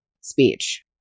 speech